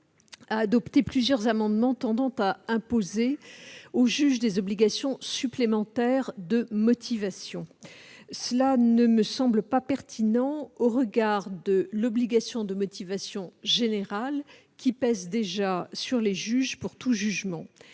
a adopté plusieurs amendements tendant à imposer au juge des obligations supplémentaires de motivation. Cela ne me semble pas pertinent au regard de l'obligation de motivation générale qui pèse déjà sur les juges pour tout jugement.